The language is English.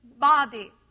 body